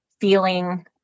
feeling